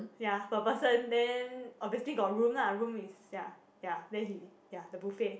ya per person then obviously got room lah room is ya ya then he ya the buffet